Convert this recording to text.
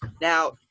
Now